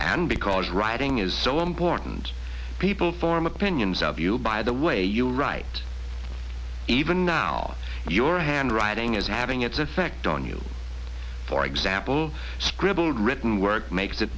and because writing is so important people form opinions of you by the way you write even now your handwriting is having its effect on you for example scribbled written work makes it